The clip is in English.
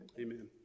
amen